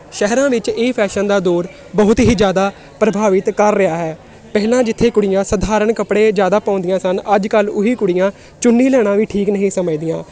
ਸ਼ਹਿਰਾਂ ਵਿੱਚ ਇਹ ਫ਼ੈਸ਼ਨ ਦਾ ਦੌਰ ਬਹੁਤ ਹੀ ਜ਼ਿਆਦਾ ਪ੍ਰਭਾਵਿਤ ਕਰ ਰਿਹਾ ਹੈ ਪਹਿਲਾਂ ਜਿੱਥੇ ਕੁੜੀਆਂ ਸਾਧਾਰਨ ਕੱਪੜੇ ਜ਼ਿਆਦਾ ਪਾਉਂਦੀਆਂ ਸਨ ਅੱਜ ਕੱਲ੍ਹ ਉਹੀ ਕੁੜੀਆਂ ਚੁੰਨੀ ਲੈਣਾ ਵੀ ਠੀਕ ਨਹੀਂ ਸਮਝਦੀਆਂ